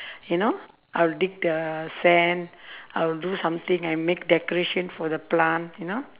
you know I'll dig the sand I'll do something and make decoration for the plant you know